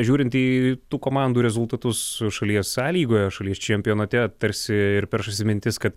žiūrint į tų komandų rezultatus su šalies sąlygoja šalies čempionate tarsi ir peršasi mintis kad